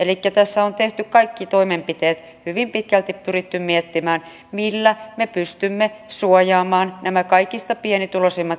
elikkä tässä on tehty kaikki toimenpiteet hyvin pitkälti pyritty miettimään millä me pystymme suojaamaan nämä kaikista pienituloisimmat eläkkeensaajat